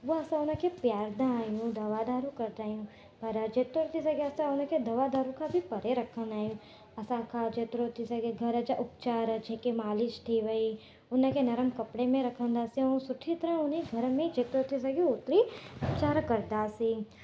उहा असां उन खे पीआरींदा आहियूं दवा दारू कंदा आहियूं पर जेतिरो थी सघे असां उन खे दवा दारू खां बि परे रखंदा आहियूं असां खां जेतिरो थी सघे घर जा उपचार जेके मालिश थी वई उन खे नरमु कपिड़े में रखंदासीं ऐं सुठी तरह उन ई घर में जेतिरो थी सघे ओतिरी उपचार कंदासीं